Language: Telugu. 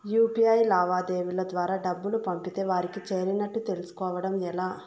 యు.పి.ఐ లావాదేవీల ద్వారా డబ్బులు పంపితే వారికి చేరినట్టు తెలుస్కోవడం ఎలా?